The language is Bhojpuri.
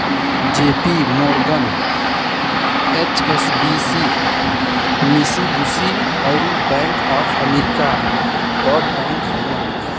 जे.पी मोर्गन, एच.एस.बी.सी, मिशिबुशी, अउर बैंक ऑफ अमरीका बड़ बैंक हउवन